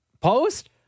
post